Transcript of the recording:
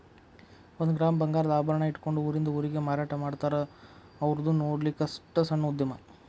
ಒಂದ ಗ್ರಾಮ್ ಬಂಗಾರದ ಆಭರಣಾ ಇಟ್ಕೊಂಡ ಊರಿಂದ ಊರಿಗೆ ಮಾರಾಟಾಮಾಡ್ತಾರ ಔರ್ದು ನೊಡ್ಲಿಕ್ಕಸ್ಟ ಸಣ್ಣ ಉದ್ಯಮಾ